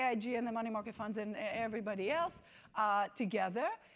yeah aig, and the money market funds and everybody else are together.